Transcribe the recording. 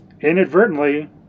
inadvertently